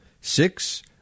Six